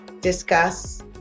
discuss